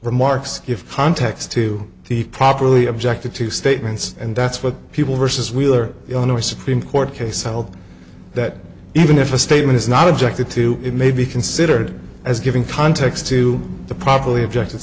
remarks if context to the properly objected to statements and that's what people versus wheeler illinois supreme court case held that even if a statement is not objected to it may be considered as giving context to the properly objective